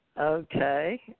Okay